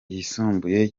yisumbuye